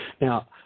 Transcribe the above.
Now